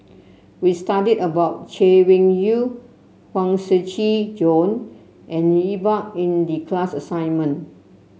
we studied about Chay Weng Yew Huang Shiqi Joan and Iqbal in the class assignment